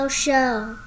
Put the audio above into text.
show